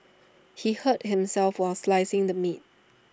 he hurt himself while slicing the meat